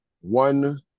one